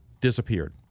disappeared